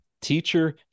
teacher